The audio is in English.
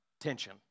tension